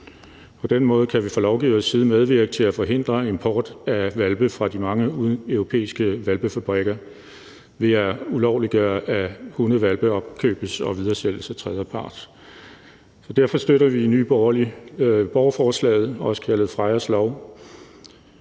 På den måde kan vi fra lovgiverside medvirke til at forhindre import af hvalpe fra de mange europæiske hvalpefabrikker ved at ulovliggøre, at hundehvalpe opkøbes og videresælges af tredjepart. Derfor støtter vi i Nye Borgerlige borgerforslaget, også kaldet »Freyas lov«.